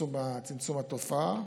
צמצום התופעה,